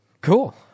Cool